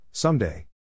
Someday